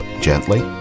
gently